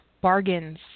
bargains